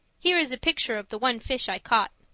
here is a picture of the one fish i caught.